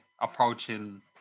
approaching